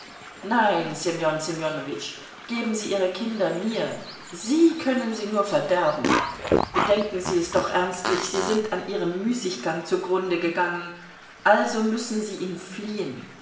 nein ssemjon ssemjonowitsch geben sie ihre kinder mir sie können sie nur verderben bedenken sie es doch ernstlich sie sind an ihrem müßiggang zugrunde gegangen also müssen sie ihn fliehen